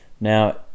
now